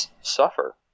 suffer